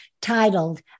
titled